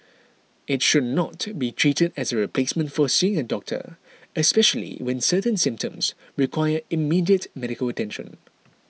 it should not be treated as a replacement for seeing a doctor especially when certain symptoms require immediate medical attention